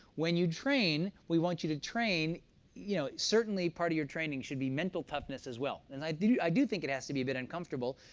when you train, we want you to train you know certainly, part of your training should be mental toughness as well. and i do i do think it has to be a bit uncomfortable.